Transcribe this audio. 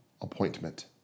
appointment